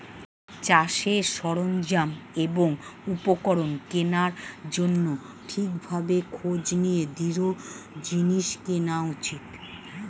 চাষের সরঞ্জাম এবং উপকরণ কেনার জন্যে ঠিক ভাবে খোঁজ নিয়ে দৃঢ় জিনিস কেনা উচিত